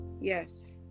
Yes